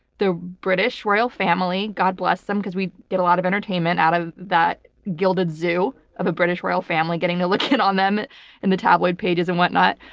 the british royal family, god bless them because we get a lot of entertainment out of that gilded zoo of the british royal family, getting to look in on them in the tabloid pages and what not.